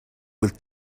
with